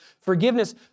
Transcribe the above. forgiveness